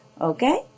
okay